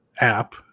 app